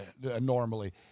normally